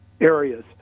areas